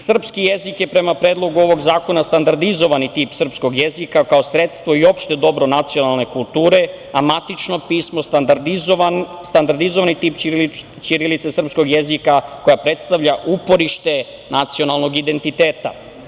Srpski jezik je prema Predlogu ovog zakona standardizovani tip srpskog jezika kao sredstvo i opšte dobro nacionalne kulture, a matično pismo standardizovani tip ćirilice srpskog jezika koja predstavlja uporište nacionalnog identiteta.